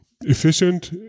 efficient